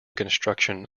construction